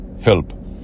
help